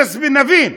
שנבין.